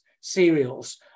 cereals